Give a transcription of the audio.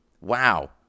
Wow